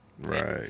Right